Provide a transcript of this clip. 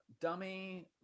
dummy